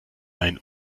ein